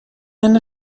eine